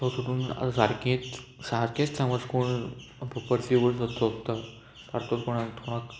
तो सोडून आतां सारकेंच सारकेंच समज कोण पर पर्सिव करूं सोदता सारको कोण कोणाक